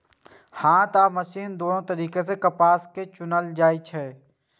हाथ आ मशीन दुनू तरीका सं कपास कें चुनल जाइ छै